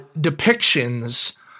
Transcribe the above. depictions